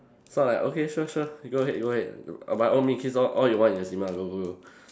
so like okay sure sure you go ahead go ahead by all means kiss all all you want in the cinema go go go